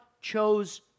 chose